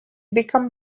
become